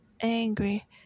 angry